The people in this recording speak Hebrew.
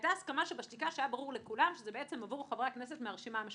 הסכמה שבשתיקה שהיה ברור לכולם שזה עבור חברי הכנסת מהרשימה המשותפת.